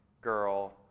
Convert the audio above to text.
girl